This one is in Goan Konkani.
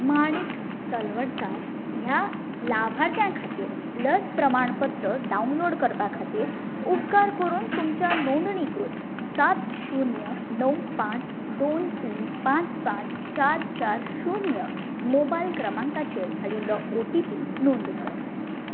माणिक तलवडकार ह्या लाभार्थ्या खातीर लस प्रमाणपत्र डावनलोड करपा खातीर उपकार करून तुमच्या नोंदणीकृत सात शुन्य णव पांच दोन तीन पांच पांच चार चार शुन्य मोबायल क्रमांकाचेर धाडिल्लो ओटीपी नोंद कर